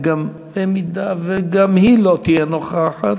ובמידה שגם היא לא תהיה נוכחת,